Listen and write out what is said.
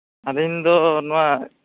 ᱟᱹᱵᱤᱱ ᱫᱚ ᱱᱚᱣᱟ